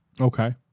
Okay